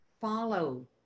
follow